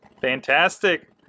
Fantastic